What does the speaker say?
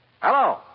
Hello